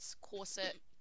corset